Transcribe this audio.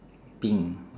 pink